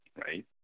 right